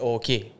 okay